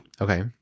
okay